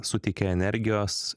suteikia energijos